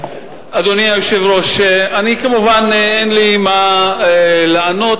אדוני היושב-ראש, כמובן אין לי מה לענות